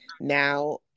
now